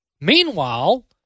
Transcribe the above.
Meanwhile